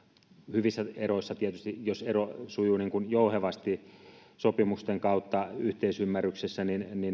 hyvissä eroissa tietysti jos ero sujuu jouhevasti sopimusten kautta yhteisymmärryksessä